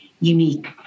unique